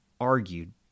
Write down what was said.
argued